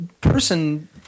person –